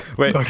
wait